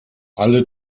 alle